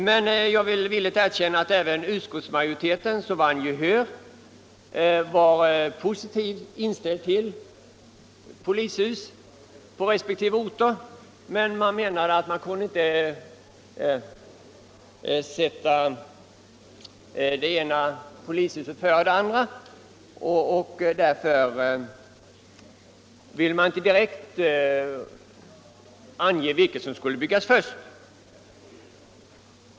Men jag vill villigt erkänna att även utskottsmajoriteten — som vann gehör — var positivt inställd till nya polishus på dessa båda orter. Men utskottsmajoriteten ansåg sig inte kunna sätta det ena polishuset före det andra och ville inte därför direkt ange vilket som skulle byggas först.